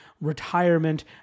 retirement